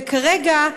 וכרגע,